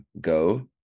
go